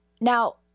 now